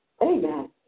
Amen